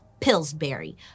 Pillsbury